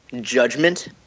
judgment